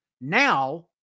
Now